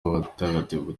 w’abatagatifu